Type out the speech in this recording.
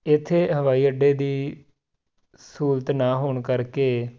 ਇੱਥੇ ਹਵਾਈ ਅੱਡੇ ਦੀ ਸਹੂਲਤ ਨਾ ਹੋਣ ਕਰਕੇ